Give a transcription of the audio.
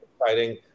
exciting